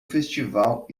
festival